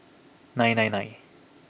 nine nine nine